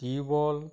tubewell